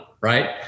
right